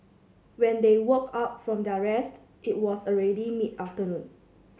when they woke up from their rest it was already mid afternoon